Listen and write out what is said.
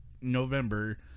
November